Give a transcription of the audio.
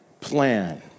plan